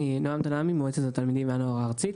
מועצת התלמידים והנוער הארצית.